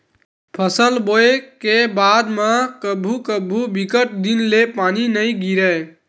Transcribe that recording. फसल बोये के बाद म कभू कभू बिकट दिन ले पानी नइ गिरय